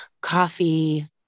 coffee